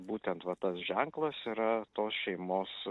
būtent va tas ženklas yra tos šeimos